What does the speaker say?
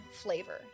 flavor